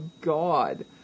God